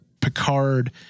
Picard